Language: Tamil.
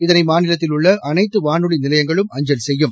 இதனை மாநிலத்தில் உள்ள அனைத்து வானொலி நிலையங்களும் அஞ்சல் செய்யும்